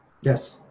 yes